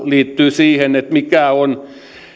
liittyy siihen mikä on